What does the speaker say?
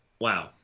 Wow